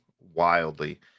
wildly